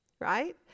right